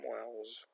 Wells